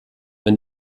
wenn